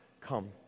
come